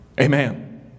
Amen